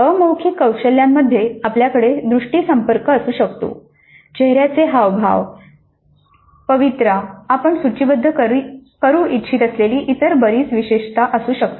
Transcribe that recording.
अमौखिक कौशल्यांमध्ये आपल्याकडे दृष्टी संपर्क असू शकतो चेहऱ्याचे हावभाव पवित्रा आपण सूचीबद्ध करू इच्छित असलेली इतर बरीच विशेषता असू शकतात